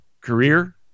career